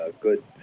good